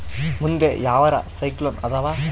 ಮುಂದೆ ಯಾವರ ಸೈಕ್ಲೋನ್ ಅದಾವ?